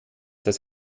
das